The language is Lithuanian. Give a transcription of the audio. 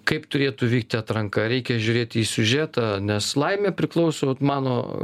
kaip turėtų vykti atranka reikia žiūrėti į siužetą nes laimė priklauso mano